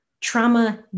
trauma